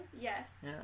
Yes